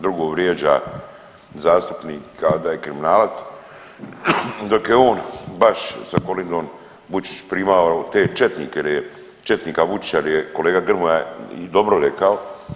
Drugo vrijeđa zastupnika kao da je kriminalac dok je on baš sa Kolindom Vučić primao te četnike jer četnika Vučića jer je kolega Grmoja dobro rekao.